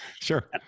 Sure